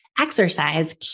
exercise